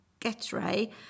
Getray